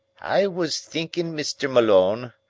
i was thinking, mr. malone,